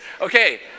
Okay